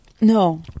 no